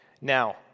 Now